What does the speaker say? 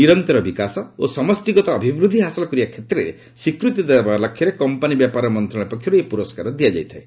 ନିରନ୍ତର ବିକାଶ ଓ ସମଷ୍ଟିଗତ ଅଭିବୃଦ୍ଧି ହାସଲ କରିବା କ୍ଷେତ୍ରରେ ସ୍ୱୀକୃତି ଦେବା ଲକ୍ଷ୍ୟରେ କମ୍ପାନୀ ବ୍ୟାପାର ମନ୍ତ୍ରଣାଳୟ ପକ୍ଷରୁ ଏହି ପୁରସ୍କାର ଦିଆଯାଇଥାଏ